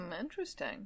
interesting